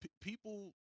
People